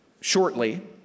shortly